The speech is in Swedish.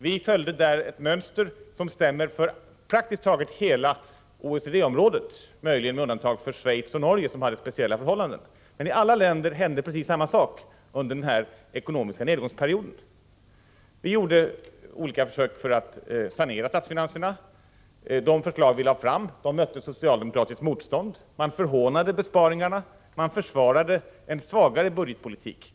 Vi följde alltså ett mönster som stämmer för praktiskt taget hela OECD-området — möjligen med undantag för Schweiz och Norge, som hade speciella förhållanden. I alla andra länder hände precis samma saker under den ekonomiska nedgångsperioden. Vi gjorde olika försök att sanera statsfinanserna. De förslag som vi lade fram mötte socialdemokratiskt motstånd. Man förhånade besparingarna och man försvarade konsekvent under hela perioden en svagare budgetpolitik.